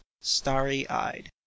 starry-eyed